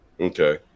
okay